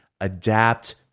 adapt